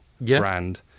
brand